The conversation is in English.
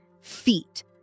feet